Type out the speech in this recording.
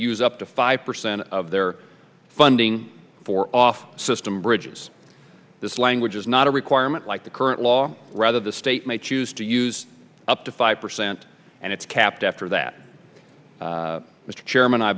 use up to five percent of their funding for off system bridges this language is not a requirement like the current law rather the state may choose to use up to five percent and it's kept after that mr chairman i